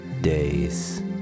days